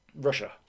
Russia